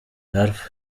ralph